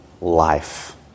life